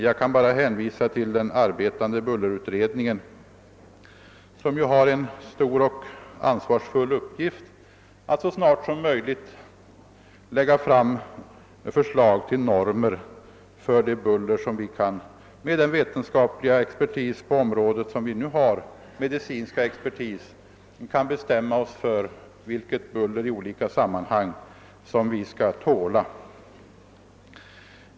Jag kan hänvisa till den arbetande bullerutredningen, som har den stora och ansvarsfulla uppgiften att med hjälp av medicinsk och annan vetenskaplig expertis så snart som möjligt lägga fram förslag till normer för det buller vi i olika sammanhang skall kunna tåla.